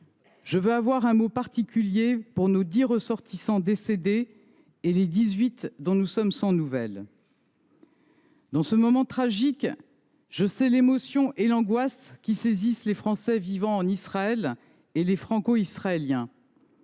je veux avoir un mot particulier pour nos dix ressortissants décédés et pour les dix-huit autres dont nous sommes sans nouvelles. En ce moment tragique, je sais l’émotion et l’angoisse qui saisissent les Français vivant en Israël et les Franco-Israéliens.